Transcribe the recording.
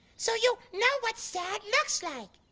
so you know what sad looks like.